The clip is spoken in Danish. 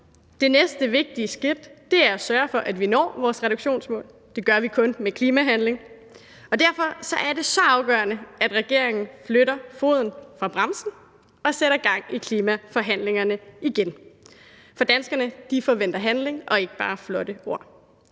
Det næste vigtige skridt er at sørge for, at vi når vores reduktionsmål. Det gør vi kun med klimahandling. Derfor er det så afgørende, at regeringen flytter foden fra bremsen og sætter gang i klimaforhandlingerne igen, for danskerne forventer handling og ikke bare flotte ord.